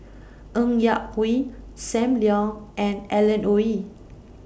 Ng Yak Whee SAM Leong and Alan Oei